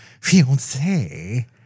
fiance